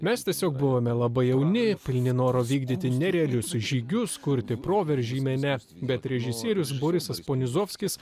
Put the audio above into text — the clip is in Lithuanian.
mes tiesiog buvome labai jauni pilni noro vykdyti nerealius žygius kurti proveržį mene bet režisierius borisas ponizovskis